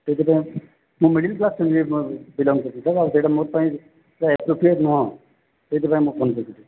କେତେ ଟଙ୍କା ମୁଁ ମିଡ଼ିଲ୍ କ୍ଳାସ୍ ଫ୍ୟାମିଲିରୁ ବିଲଙ୍ଗ୍ କରୁଛି ସାର୍ ଆଉ ସେଇଟା ମୋ ପାଇଁ ନୁହେଁ ସେଇଥିପାଇଁ ମୁଁ ଫୋନ୍ କରିଥିଲି